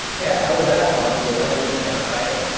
yeah how is that possible that doesn't sound right.